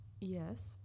Yes